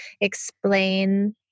explain